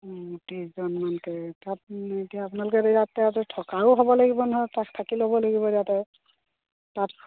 ত্ৰিছজনমানকৈ তাত এতিয়া আপোনালোকেতো ইয়াতেতো থকাও হ'ব লাগিব নহয় তাত থাকি ল'ব লাগিব ইয়াতে তাত